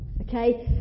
okay